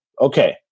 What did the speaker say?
okay